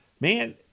man